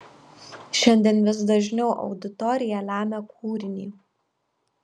šiandien vis dažniau auditorija lemia kūrinį